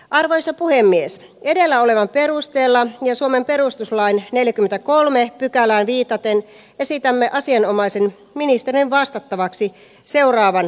arvoisa puhemies siellä olevan perusteella niin suomen perustuslain neljäkymmentä kolmeen pykälään viitaten esitämme asianomaisen ministerin vastattavaksi seuraavaan